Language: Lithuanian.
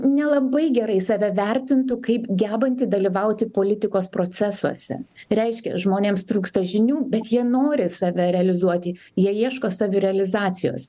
nelabai gerai save vertintų kaip gebantį dalyvauti politikos procesuose reiškia žmonėms trūksta žinių bet jie nori save realizuoti jie ieško savirealizacijos